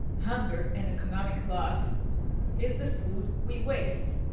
hunger and economic loss is the food we waste.